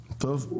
תודה.